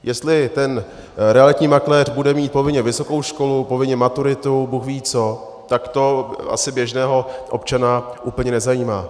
Jestli ten realitní makléř bude mít povinně vysokou školu, povinně maturitu, bůhví co, tak to asi běžného občana úplně nezajímá.